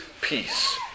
peace